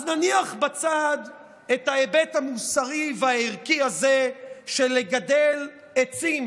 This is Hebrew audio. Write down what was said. אז נניח בצד את ההיבט המוסרי והערכי הזה של לגדל עצים